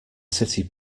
city